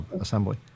assembly